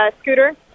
scooter